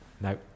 No